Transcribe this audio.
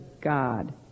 God